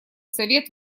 совет